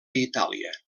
itàlia